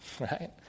right